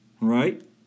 Right